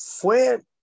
Fue